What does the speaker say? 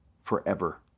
forever